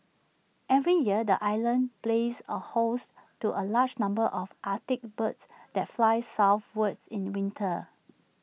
every year the island plays A host to A large number of Arctic birds that fly southwards in winter